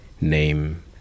name